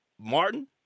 Martin